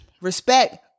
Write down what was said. respect